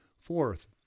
Fourth